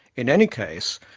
in any case,